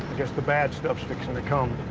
guess the bad stuff's fixin' to come.